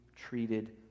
treated